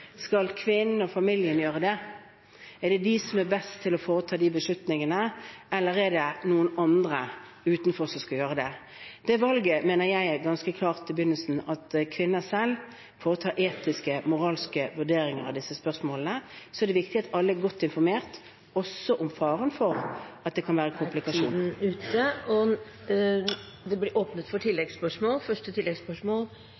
Skal kvinnen og familien gjøre det? Er det de som er best til å ta de beslutningene, eller er det noen andre, utenfor, som skal gjøre det? Det valget mener jeg er ganske klart i begynnelsen, at kvinner selv foretar etiske, moralske vurderinger av disse spørsmålene, og så er det viktig at alle er godt informert, også om faren for komplikasjoner. Det åpnes for oppfølgingsspørsmål – først Marie Ljones Brekke. Det